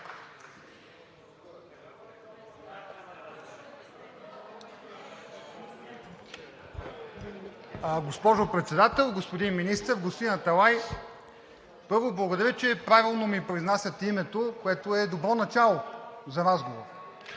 Госпожо Председател, господин Министър! Господин Аталай, първо, благодаря, че правилно ми произнасяте името, което е добро начало за разговор.